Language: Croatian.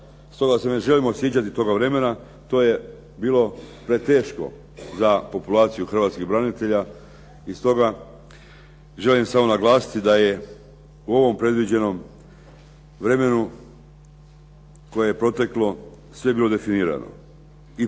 Stoga se ne želimo sjećati toga vremena, to je bilo preteško za populaciju hrvatskih branitelja. I stoga želim samo naglasiti da je u ovom predviđenom vremenu koje je proteklo sve bilo definirano. I neće